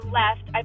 left